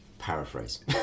paraphrase